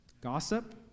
Gossip